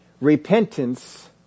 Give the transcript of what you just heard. Repentance